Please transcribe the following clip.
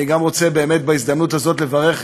אני רוצה באמת בהזדמנות הזאת לברך,